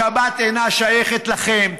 השבת אינה שייכת לכם,